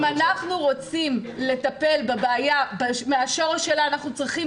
אם אנחנו רוצים לטפל בבעיה מהשורש שלה אנחנו צריכים